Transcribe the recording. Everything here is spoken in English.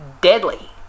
deadly